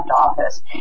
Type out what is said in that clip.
office